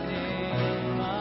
name